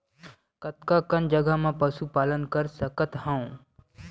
कतका कन जगह म पशु पालन कर सकत हव?